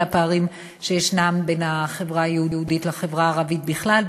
הפערים שישנם בין החברה היהודית לחברה הערבית בכלל,